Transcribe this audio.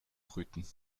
brüten